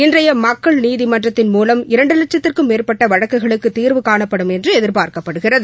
இன்றைய மக்கள் நீதிமன்றத்தின் மூலம் இரண்டு லட்சத்திற்கும் மேற்பட்ட வழக்குகளுக்கு தீர்வு காணப்படும் என்று எதிர்பார்க்கப்படுகிறது